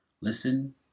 Listen